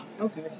Okay